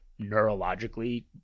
neurologically